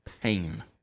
Pain